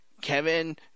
Kevin